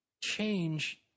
change